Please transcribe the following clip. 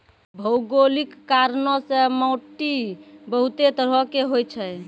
भौगोलिक कारणो से माट्टी बहुते तरहो के होय छै